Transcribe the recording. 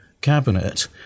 cabinet